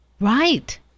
Right